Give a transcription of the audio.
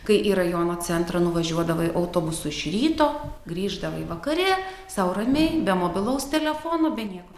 kai į rajono centrą nuvažiuodavai autobusu iš ryto grįždavai vakare sau ramiai be mobilaus telefono be nieko